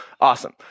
Awesome